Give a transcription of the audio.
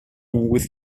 with